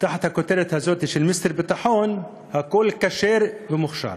תחת הכותרת הזאת של מיסטר ביטחון הכול כשר ומוכשר.